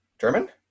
German